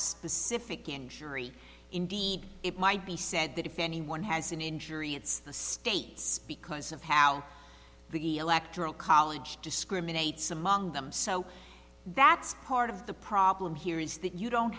specific injury indeed it might be said that if anyone has an injury it's the states because of how the electoral college discriminates among them so that's part of the problem here is that you don't